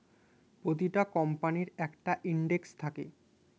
প্রতিটা কোম্পানির একটা ইন্ডেক্স থাকে